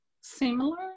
similar